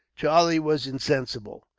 charlie was insensible.